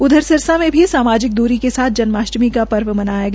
उधर सिरसा में भी सामाजिक दूरी के साथ जन्माष्टमी का पर्व मनाया गया